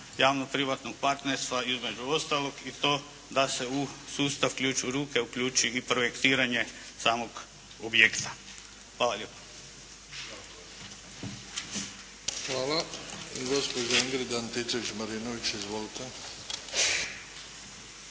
javno privatnog partnerstva između ostalog i to da se u sustav "ključ u ruke" uključi i projektiranje samog objekta. Hvala lijepa. **Bebić, Luka (HDZ)** Hvala. Gospođa Ingrid Antičević-Marinović. Izvolite.